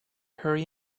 hurry